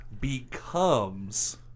becomes